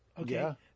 Okay